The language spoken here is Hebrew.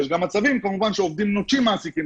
יש גם מצבים כמובן שעובדים נוטשים מעסיקים.